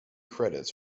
credits